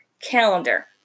calendar